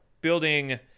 building